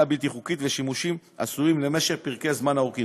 בלתי חוקית ושימושים אסורים למשך פרקי זמן ארוכים.